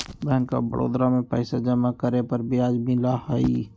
bank of Baroda में पैसा जमा करे पर ब्याज मिला हई